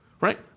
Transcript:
Right